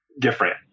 different